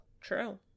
True